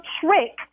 trick